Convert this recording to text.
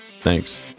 Thanks